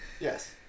Yes